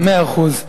מאה אחוז.